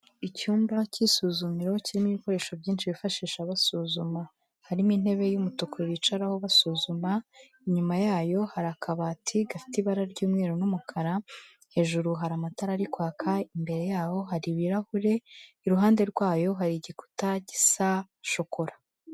Icyumba cy'isuzumiro kirimo ibikoresho byinshi bifashisha basuzuma, harimo intebe y'umutuku bicaraho basuzuma, inyuma yayo hari akabati gafite ibara ry'umweru n'umukara, hejuru hari amatara ari kwaka, imbere yaho hari ibirahure, iruhande rwayo hari igikuta gisa shokora.